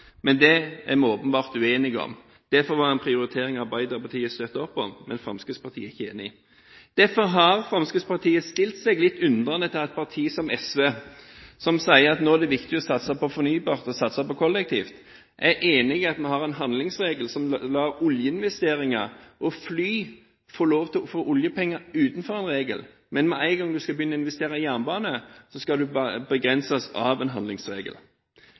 men det er vi åpenbart uenige om. Det får være en prioritering Arbeiderpartiet støtter opp om, men Fremskrittspartiet er ikke enig. Derfor har Fremskrittspartiet stilt seg litt undrende til et parti som SV, som sier at nå er det viktig å satse på fornybart og satse på kollektivt. Jeg er enig i at vi har en handlingsregel som lar oljeinvesteringer og fly få lov til å få oljepenger utenfor den regelen, men med en gang en skal begynne å investere i jernbane, skal en begrenses av en handlingsregel.